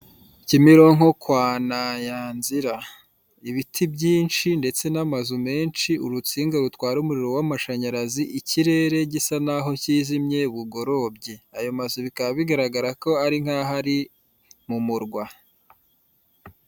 Kimironko kwa nayanzira ibiti byinshi ndetse n'amazu menshi, urutsinga rutwara umuriro w'amashanyarazi, ikirere gisa n'aho kijimye bugorobye ayo mazu bikaba bigaragara ko ari nk'aho hari mu murwa.